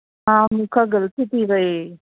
हा मूंखां ग़लती थी वई